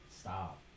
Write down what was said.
stop